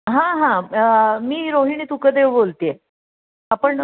हां हां मी रोहिणी सुखदेव बोलते आहे आपण